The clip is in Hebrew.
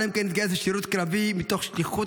עלמקאן התגייס לשירות קרבי מתוך שליחות